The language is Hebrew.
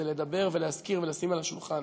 זה לדבר ולהזכיר ולשים על השולחן.